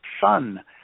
son